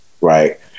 Right